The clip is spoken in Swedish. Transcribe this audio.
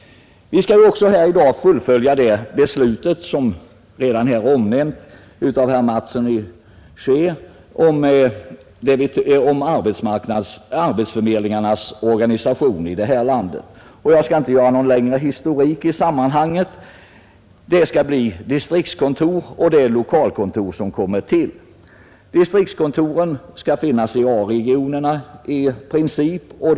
Vi skall här i dag också fullfölja det beslut som redan har omnämnts av herr Mattsson i Skee om arbetsförmedlingarnas organisation i detta land. Jag skall inte göra någon längre historik i sammanhanget. Det skall emellertid i fortsättningen bli distriktskontor och lokalkontor. Distriktskontoren skall i princip finnas i A-regionerna.